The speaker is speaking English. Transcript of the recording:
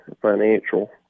financial